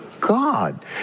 God